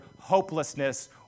hopelessness